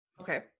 Okay